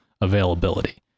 availability